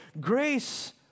grace